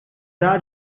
are